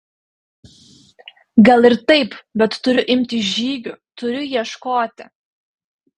gal ir taip bet turiu imtis žygių turiu ieškoti